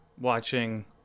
watching